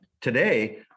today